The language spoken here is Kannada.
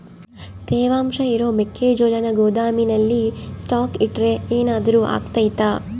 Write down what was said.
ತೇವಾಂಶ ಇರೋ ಮೆಕ್ಕೆಜೋಳನ ಗೋದಾಮಿನಲ್ಲಿ ಸ್ಟಾಕ್ ಇಟ್ರೆ ಏನಾದರೂ ಅಗ್ತೈತ?